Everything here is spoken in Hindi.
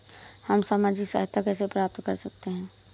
हम सामाजिक सहायता कैसे प्राप्त कर सकते हैं?